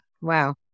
Wow